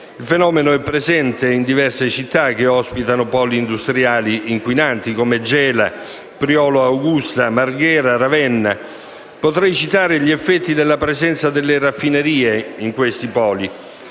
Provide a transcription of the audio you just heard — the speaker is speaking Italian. Il fenomeno è presente in diverse città che ospitano poli industriali inquinanti, come Gela, Priolo, Gargallo, Augusta, Marghera o Ravenna. Potrei citare gli effetti della presenza delle raffinerie in questi poli.